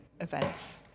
events